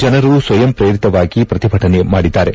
ಜನರು ಸ್ವಯಂ ಶ್ರೇರಿತವಾಗಿ ಪ್ರತಿಭಟನೆ ಮಾಡಿದ್ದಾರೆ